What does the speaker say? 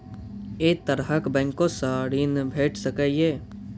ऐ तरहक बैंकोसऽ ॠण भेट सकै ये?